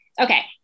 okay